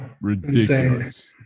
ridiculous